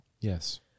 Yes